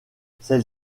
celle